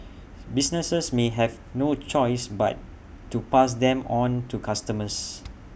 businesses may have no choice but to pass them on to customers